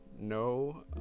no